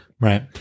Right